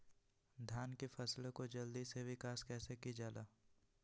धान की फसलें को जल्दी से विकास कैसी कि जाला?